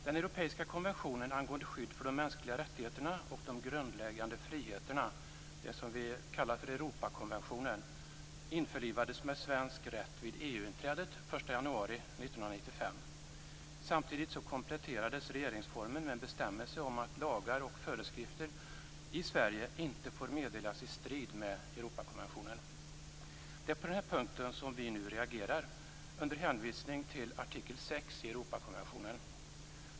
Den europeiska konventionen angående skydd för de mänskliga rättigheterna och de grundläggande friheterna, det som vi kallar för Europakonventionen, införlivades med svensk rätt vid EU-inträdet den 1 januari 1995. Samtidigt kompletterades regeringsformen med en bestämmelse om att lagar och föreskrifter i Sverige inte får meddelas i strid med Europakonventionen. Det är på den här punkten som vi nu reagerar under hänvisning till artikel 6 i Europakonventionen.